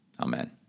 Amen